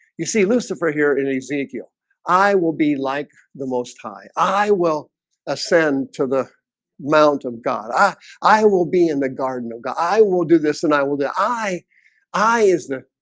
you see lucifer here in ezekiel i will be like the most high i will ascend to the mount of god ah i will be in the garden oh god, i will do this and i will do i i is the